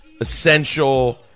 essential